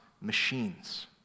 machines